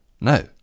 No